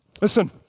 Listen